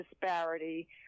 disparity